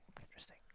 Interesting